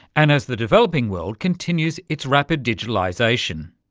and as the developing world continues its rapid digitalisation?